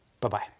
Bye-bye